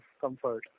comfort